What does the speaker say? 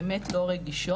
באמת לא רגישות,